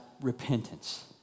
repentance